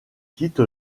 quitte